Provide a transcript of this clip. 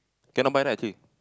cannot buy right actually